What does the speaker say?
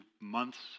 months